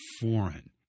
foreign